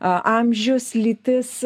amžius lytis